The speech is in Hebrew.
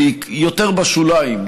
יותר בשוליים,